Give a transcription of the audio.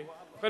ובכן,